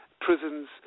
prisons